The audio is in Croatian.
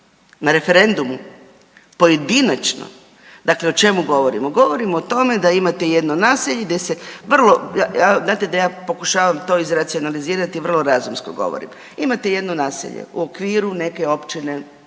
Na referendumu? Pojedinačno? Dakle, o čemu govorimo? Govorimo o tome da imate jedno naselje gdje se vrlo, ja, znate da ja pokušavam to izracionalizirati, vrlo razumsko govorim. Imajte jedno naselje u okviru neke općine